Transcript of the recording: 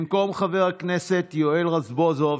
במקום חבר הכנסת יואל רזבוזוב,